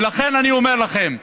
ולכן אני אומר לכם: